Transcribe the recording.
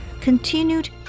continued